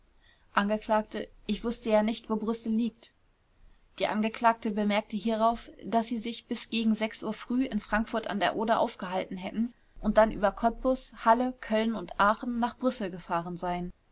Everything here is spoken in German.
angekl ich wußte ja nicht wo brüssel liegt die angeklagte bemerkte hierauf daß sie sich bis gegen uhr früh in frankfurt a d oder aufgehalten hätten und dann über kottbus halle köln und aachen nach brüssel gefahren seien